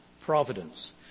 providence